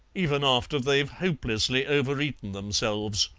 even after they've hopelessly overeaten themselves.